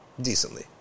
decently